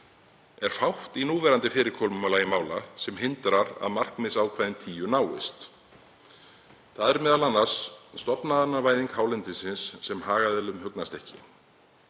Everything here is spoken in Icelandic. er fátt í núverandi fyrirkomulagi mála sem hindrar að markmiðsákvæðin tíu náist. Það er m.a. stofnanavæðing hálendisins sem hagaðilum hugnast ekki.